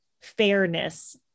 fairness